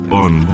on